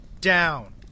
down